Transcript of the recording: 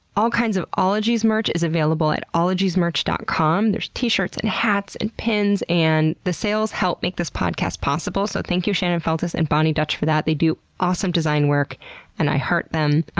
all kinds of ologies merch is available at ologiesmerch dot com. there's t-shirts and hats and pins and the sales help make this podcast possible, so thank you shannon feltus and boni dutch for that. they do awesome design work and i heart them.